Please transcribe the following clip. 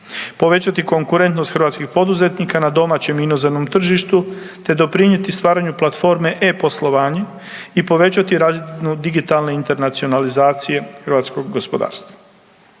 povećati konkurentnost hrvatskih poduzetnika na domaćem i inozemnom tržištu te doprinijeti stvaranju platforme e-poslovanje i povećati razinu digitalne internacionalizacije hrvatskog gospodarstva.